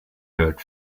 heard